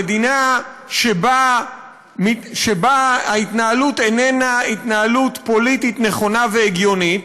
המדינה שבה ההתנהלות איננה התנהלות פוליטית נכונה והגיונית,